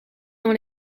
dans